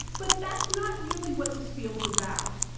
but that's not really what this field's about.